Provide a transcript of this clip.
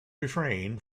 refrain